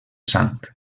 sang